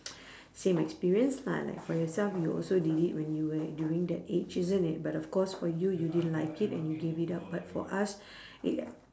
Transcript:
same experience lah like for yourself you also did it when you were during that age isn't it but of course for you you didn't like it and you gave it up but for us it